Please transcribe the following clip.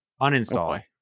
uninstall